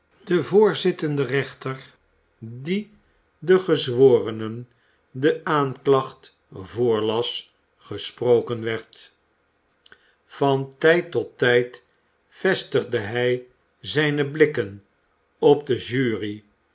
den voorzittenden rechter die den gezworenen de aanklacht voorlas gesproken werd van tijd tot tijd vestigde hij zijne bukken op de jury